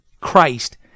Christ